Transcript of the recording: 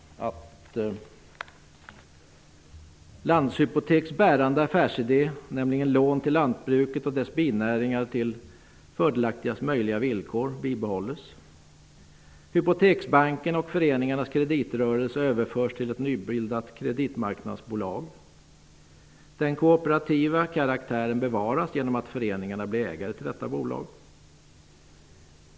Landshypoteks bärande affärsidé, nämligen lån till lantbruket och dess binäringar till fördelaktigast möjliga villkor, bibehålls. --Den kooperativa karaktären bevaras genom att föreningarna blir ägare till detta bolag.